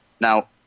Now